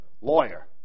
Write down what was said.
lawyer